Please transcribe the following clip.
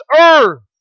earth